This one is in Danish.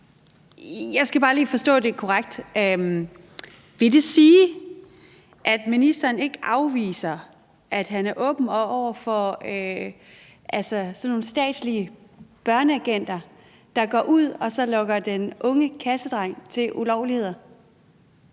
Jeg skal bare lige forstå det korrekt. Vil det sige, at ministeren ikke afviser, at han er åben over for sådan nogle statslige børneagenter, der går ud og lokker den unge kassedreng til ulovligheder?